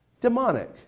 demonic